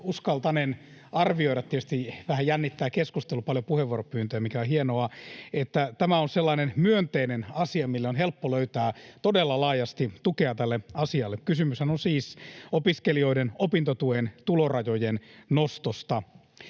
uskaltanen arvioida — tietysti vähän jännittää keskustelu, paljon puheenvuoropyyntöjä, mikä on hienoa — että tämä on sellainen myönteinen asia, mille on helppo löytää todella laajasti tukea. Kysymyshän on siis opiskelijoiden opintotuen tulorajojen nostosta.